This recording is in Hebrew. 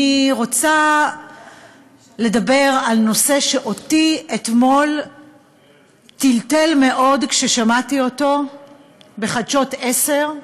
אני רוצה לדבר על נושא שאותי טלטל מאוד אתמול כששמעתי עליו ב"חדשות 10",